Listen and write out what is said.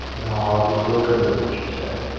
and her heart was broken with it, she said